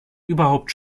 überhaupt